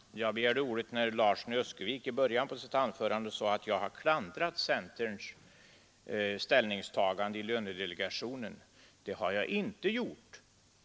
Herr talman! Jag begärde ordet när herr Larsson i Öskevik i början av sitt anförande sade att jag hade klandrat centerpartiets ställningstagande i lönedelegationen. Det har jag inte gjort.